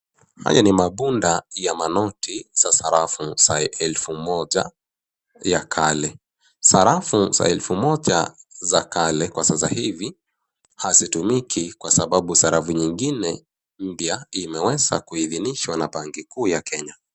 Haya ni bunda ya manoti za sarafu za elfu moja ya kale. Sarafu za elfu moja za kale. Kwa sasa hivi hazitumiki kwa sababu sarafu nyingine mpya imeweza kuhidhinishwa na benki kuu ya Kenya.